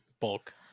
bulk